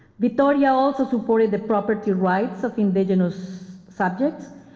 but yeah ah also supported the property rights of indigenous subjects,